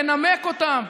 ינמק אותן,